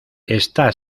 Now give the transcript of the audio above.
está